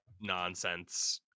nonsense